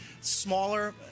Smaller